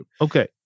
Okay